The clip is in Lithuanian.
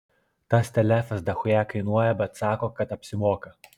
tas telefas dachuja kainuoja bet sako kad apsimoka